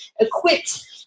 equipped